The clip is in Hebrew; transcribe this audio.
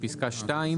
בפסקה (2),